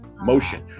motion